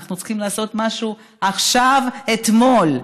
אנחנו צריכים לעשות משהו עכשיו, אתמול.